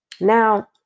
Now